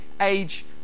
age